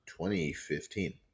2015